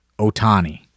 Otani